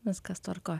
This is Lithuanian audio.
viskas tvarkoj